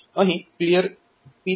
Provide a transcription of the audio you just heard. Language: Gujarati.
અહીં CLR P3